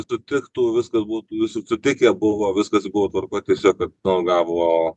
sutiktų viskas būtų visad sutikę buvo viskas buvo tvarkoj tiesiog kad nu gavo